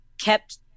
kept-